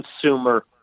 consumer